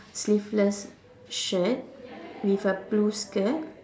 sleeveless shirt with a blue skirt